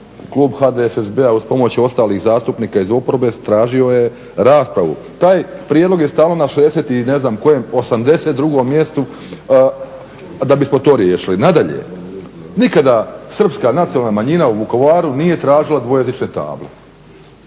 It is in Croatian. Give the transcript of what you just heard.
klub HDSSB-a uz pomoć ostalih zastupnika iz oporbe tražio je raspravu. Taj prijedlog je stalno na 60 i ne znam kojem, 82.mjestu da bismo to riješili. Nadalje, nikada Srpska nacionalna manjina u Vukovaru nije tražila dvojezične table.